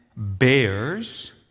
Bears